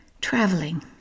traveling